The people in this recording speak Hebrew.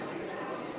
ב 21:20,